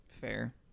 fair